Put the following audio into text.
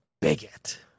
bigot